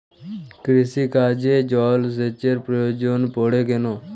কৃষিকাজে জলসেচের প্রয়োজন পড়ে কেন?